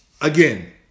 again